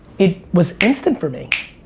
it was instant for me.